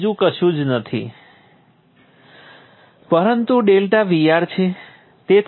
આ બીજું કશું જ નથી પરંતુ ડેલ્ટા Vr છે